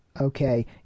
okay